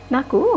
Naku